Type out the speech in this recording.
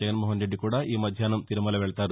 జగన్మోహన్ రెడ్డి కూడా ఈ మధ్యాహ్నం తిరుమల వెళతారు